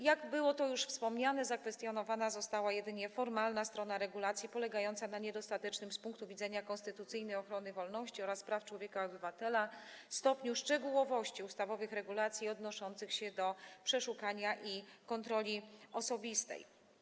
Jak było to już wspomniane, zakwestionowana została jedynie formalna strona regulacji, polegająca na niedostatecznym - z punktu widzenia konstytucyjnej ochrony wolności oraz praw człowieka i obywatela - stopniu szczegółowości ustawowych regulacji odnoszących się do przeszukania i kontroli osobistej.